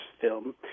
film